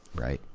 right.